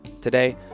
Today